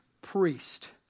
priest